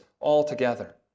altogether